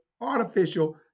artificial